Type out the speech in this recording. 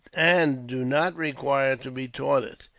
and do not require to be taught it,